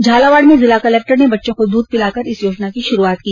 झालावाड़ मे जिला कलक्टर ने बच्चों को दूध पिलाकर इस योजना की श्रूआत की